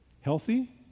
Healthy